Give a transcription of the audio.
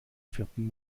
vierten